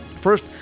First